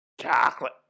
Chocolate